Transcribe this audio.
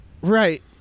Right